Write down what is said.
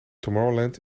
tomorrowland